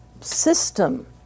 system